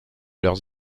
leurs